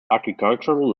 agricultural